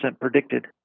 predicted